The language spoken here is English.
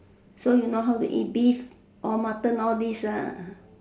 so you know how to eat beef or Mutton all these ah